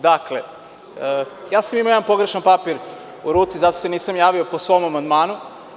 Dakle, imao sam jedan pogrešan papir u ruci i zato se nisam javio po svom amandmanu.